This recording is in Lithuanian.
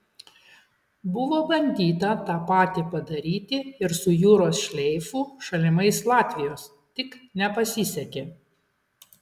buvo bandyta tą patį padaryti ir su jūros šleifu šalimais latvijos tik nepasisekė